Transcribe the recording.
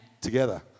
together